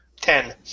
Ten